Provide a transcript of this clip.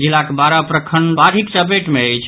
जिलाक बारह प्रखंड बाढ़िक चपेट मे अछि